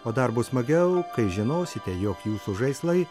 o dar bus smagiau kai žinosite jog jūsų žaislai